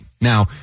now